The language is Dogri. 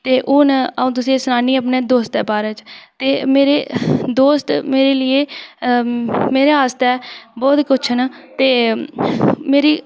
ते हून अ'ऊं तुसें गी सनान्नी आं अपने दोस्तें दे बारे च ते मेरे दोस्त मेरे लेई मेरे आस्तै बहुत किश न ते मेरी